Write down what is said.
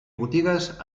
botigues